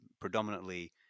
predominantly